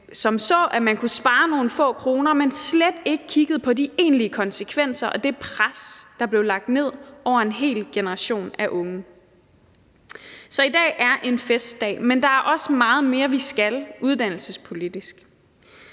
Man så, at man kunne spare nogle få kroner, men kiggede slet ikke på de egentlige konsekvenser af det pres, der blev lagt ned over en hel generation af unge. Så i dag er en festdag, men der er meget mere, vi skal gøre på det uddannelsespolitiske